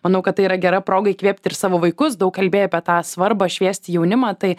manau kad tai yra gera proga įkvėpti ir savo vaikus daug kalbėjai apie tą svarbą šviesti jaunimą tai